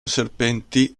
serpenti